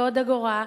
ועוד אגורה,